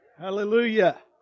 Hallelujah